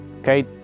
Okay